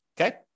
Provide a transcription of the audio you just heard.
Okay